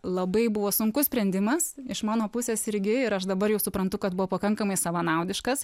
labai buvo sunkus sprendimas iš mano pusės irgi ir aš dabar jau suprantu kad buvo pakankamai savanaudiškas